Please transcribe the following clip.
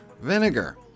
vinegar